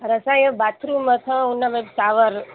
पर असां इहो बाथरूम असां हुन शॉवर